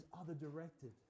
other-directed